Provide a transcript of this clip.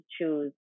choose